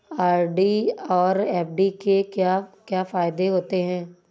RD और FD के क्या क्या फायदे होते हैं?